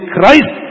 Christ